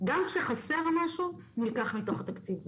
גם כשחסר משהו הוא נלקח מתוך התקציב הזה.